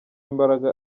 imbaraga